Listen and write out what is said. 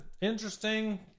interesting